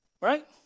right